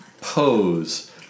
pose